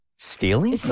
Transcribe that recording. Stealing